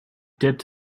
dipped